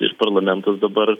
ir parlamentas dabar